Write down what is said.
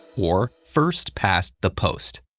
or first past the post.